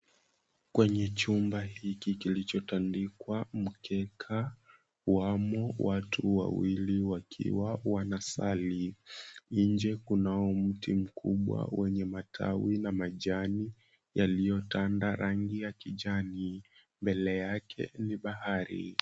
Kwenye chumba hiki kilichotandikwa mkeka wamo watu wawili wanasali. Nje kunao mti mkubwa wenye matawi na majani yaliyotanda rangi ya kijani. Mbele yake ni bahari.